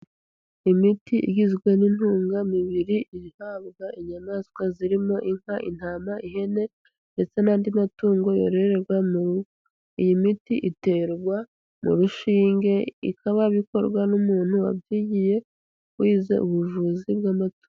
Imiti igizwe n'intungamubiri ihabwa inyamaswa zirimo inka, intama, ihene ndetse n'andi matungo yororerwa mu ngo, iyi miti iterwa mu rushinge bikaba bikorwa n'umuntu wabyigiye wize ubuvuzi bw'amatungo.